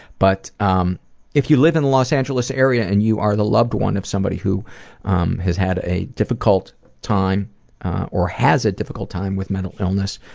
but um if you live in the los angeles area and you are the loved one of somebody who um has had a difficult time or has a difficult time with mental illness,